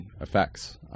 effects